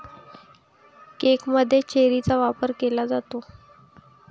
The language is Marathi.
केकमध्येही चेरीचा वापर केला जातो